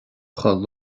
chomh